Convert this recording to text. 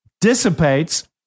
dissipates